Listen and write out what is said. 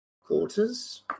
quarters